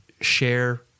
share